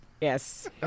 Yes